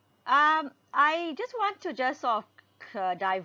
um I just want to just sort of k~ ke~ divert